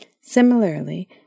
Similarly